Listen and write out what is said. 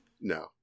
No